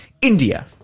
India